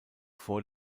vor